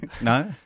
No